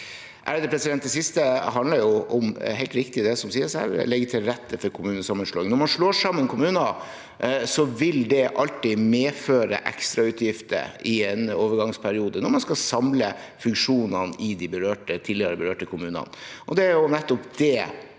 om – det er helt riktig som det sies her – å legge til rette for kommunesammenslåing. Når man slår sammen kommuner, vil det alltid medføre ekstrautgifter i en overgangsperiode, når man skal samle funksjonene i de berørte kommunene. Det var jo nettopp det